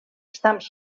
estams